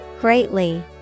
Greatly